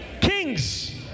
kings